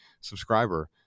subscriber